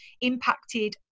impacted